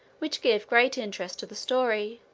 which give great interest to the story,